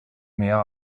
mehr